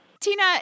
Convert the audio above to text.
Tina